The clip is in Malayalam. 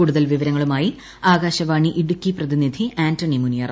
കൂടുതൽ വിവരങ്ങളുമായി ആകാശവാണി ഇടുക്കി പ്രതിനിധി ആന്റണി മുനിയറ